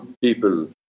people